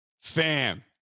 Fam